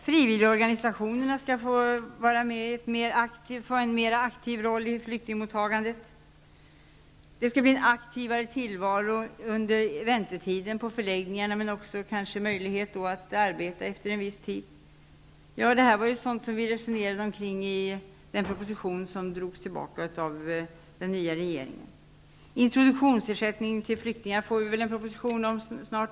Frivilligorganisationerna skall få en mer aktiv roll i flyktingmottagandet. Det skall bli en aktivare tillvaro under väntetiden på förläggningarna, kanske också möjlighet att arbeta efter en viss tid. Det är sådant som vi resonerade kring i den proposition som drogs tillbaka av den nya regeringen. Introduktionsersättningen till flyktingar får vi väl en proposition om snart.